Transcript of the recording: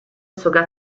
sogar